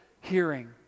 hearing